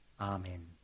Amen